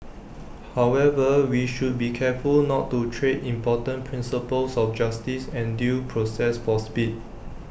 however we should be careful not to trade important principles of justice and due process for speed